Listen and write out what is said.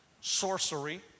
sorcery